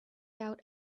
out